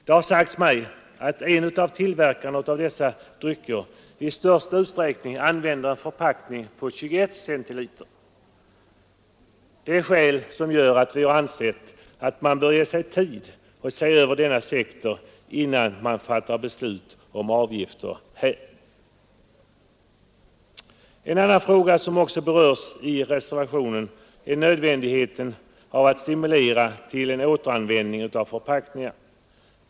Det har sagts mig att en av tillverkarna av dessa drycker i största utsträckning använder en förpackning på 21 centiliter. Det är sådana skäl som gör att vi har ansett att man bör ge sig tid att se över denna sektor innan man fattar beslut om avgifter. En annan fråga som också berörs i reservationen 2 är nödvändigheten av att stimulera till en återanvändning av förpackningar.